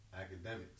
Academics